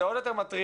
זה עוד יותר מטריד